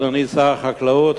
אדוני שר החקלאות,